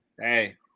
hey